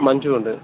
మంచిగుంటాయి